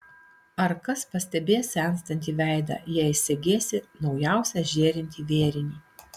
ar kas pastebės senstantį veidą jei segėsi naujausią žėrintį vėrinį